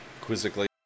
quizzically